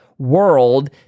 world